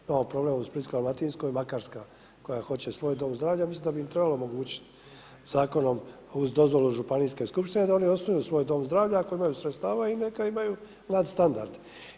Evo problem u Splitsko-dalmatinskoj i Makarska koja hoće svoj dom zdravlja, mislim da bi im trebalo omogućit zakonom uz dozvolu Županijske skupštine da oni osnuju svoj dom zdravlja ako imaju sredstva i neka imaju mlad standard.